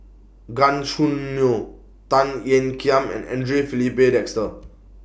Gan Choo Neo Tan Ean Kiam and Andre Filipe Desker